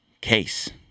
case